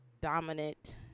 dominant